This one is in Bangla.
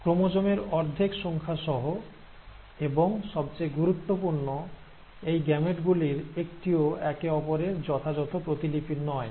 ক্রোমোজোমের অর্ধেক সংখ্যা সহ এবং সবচেয়ে গুরুত্বপূর্ণ এই গ্যামেট গুলির একটিও একে অপরের যথাযথ প্রতিলিপি নয়